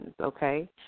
okay